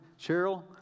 Cheryl